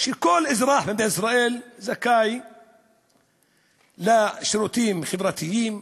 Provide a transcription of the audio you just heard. כך שכל אזרח במדינת ישראל זכאי לשירותים חברתיים,